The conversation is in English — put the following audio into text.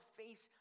face